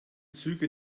züge